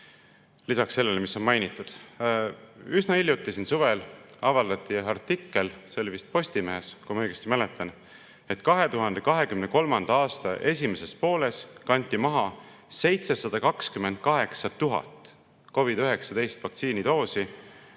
lisaks sellele, mis on mainitud. Üsna hiljuti, suvel avaldati artikkel – see oli vist Postimehes, kui ma õigesti mäletan – selle kohta, et 2023. aasta esimeses pooles kanti maha 728 000 COVID-19 vaktsiinidoosi,